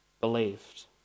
believed